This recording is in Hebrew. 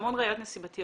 יש המון ראיות נסיבתיות.